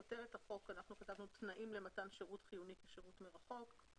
כותרת החוק - אנחנו כתבנו תנאים למתן שירות חיוני כשירות מרחוק.